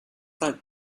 that